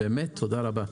באמת תודה רבה.